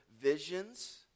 visions